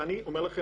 אני אומר לכם,